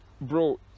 bro